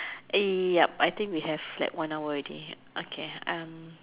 eh yup I think we have like one hour already okay um